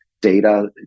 data